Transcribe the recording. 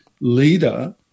leader